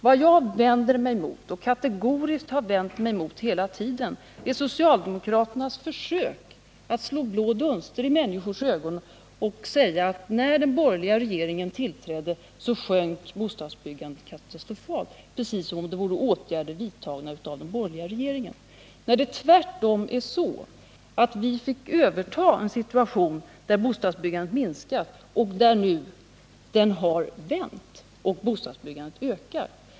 Vad jag vänder mig mot, och hela tiden kategoriskt har vänt mig mot, är socialdemokraternas försök att slå blå dunster i människors ögon och säga att när den borgerliga regeringen tillträdde, så sjönk bostadsbyggandet katastrofalt. Detta säger man precis som om nedgången berodde på åtgärder vidtagna av den borgerliga regeringen, när det tvärtom är så att vi fick överta en situation där bostadsbyggandet minskat. Den utvecklingen har nu ändrats, och bostadsbyggandet ökar.